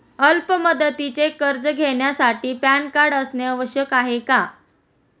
अल्प मुदतीचे कर्ज घेण्यासाठी पॅन कार्ड असणे आवश्यक आहे का?